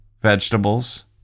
vegetables